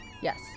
Yes